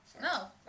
No